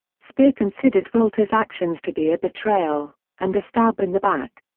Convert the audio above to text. speer considered wolters' actions to be a betrayal and a stab in the back.